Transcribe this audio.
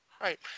Right